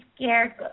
scared